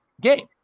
game